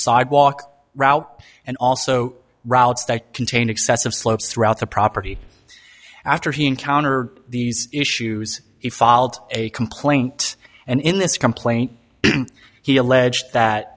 sidewalk route and also routes that contain excessive slopes throughout the property after he encountered these issues he filed a complaint and in this complaint he alleged that